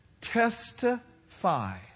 testify